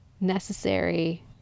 necessary